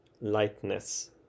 lightness